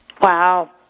Wow